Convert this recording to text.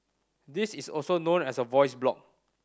this is also known as a voice blog